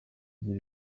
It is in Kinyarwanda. igira